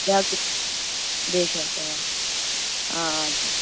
یہِ حظ یہِ بے شَک آ آ آ جِناب